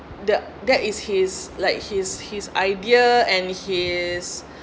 the that is his like his his idea and his